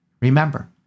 Remember